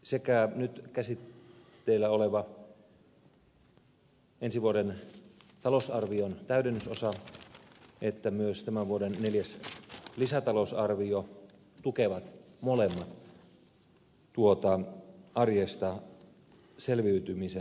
sekä nyt käsittelyssä oleva ensi vuoden talousarvion täydennysosa että myös tämän vuoden neljäs lisätalousarvio tukevat molemmat tuota arjesta selviytymisen huolta